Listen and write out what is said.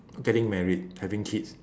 getting married having kids